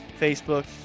Facebook